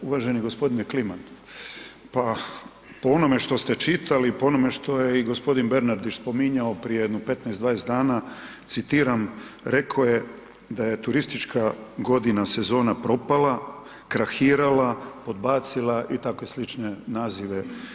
Uvaženi gospodine Kliman, pa po onome što ste čitali, po onome što je i gospodine Bernardić spominjao prije jedno 15, 20 dana, citiram rekao je da je „turistička godina sezona propala, krahirala, podbacila“ i takve slične nazive.